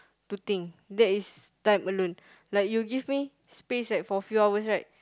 to think that is turn alone when you give me space like for few hours right